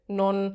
non